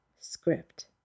script